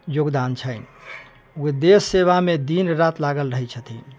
योगदान छनि ओहि देश सेवा मे दिन राति लागल रहै छथिन